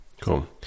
Cool